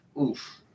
oof